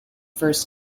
first